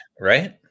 right